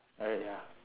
ah ya